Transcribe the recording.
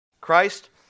Christ